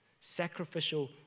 Sacrificial